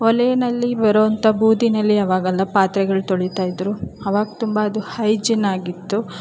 ಒಲೆಯಲ್ಲಿ ಬರೋವಂಥ ಬೂದಿಯಲ್ಲಿ ಅವಾಗೆಲ್ಲ ಪಾತ್ರೆಗಳು ತೊಳಿತಾಯಿದ್ದರು ಆವಾಗ್ ತುಂಬ ಅದು ಹೈಜಿನ್ನಾಗಿತ್ತು